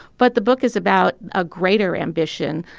but the book is about a greater ambition,